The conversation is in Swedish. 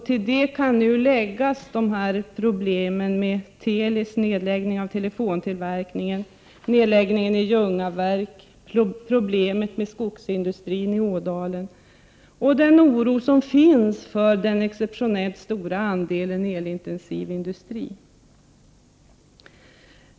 Till detta kan nu läggas nedläggningen av Telis telefontillverkning, nedläggningen i Ljungaverk, problemen med skogsindustrin i Ådalen och den oro som finns för den exceptionellt stora andelen elintensiv industri.